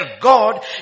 God